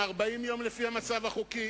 כמה יש לכם, 40 יום לפי המצב החוקי?